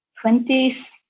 twenties